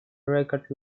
record